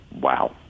wow